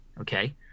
Okay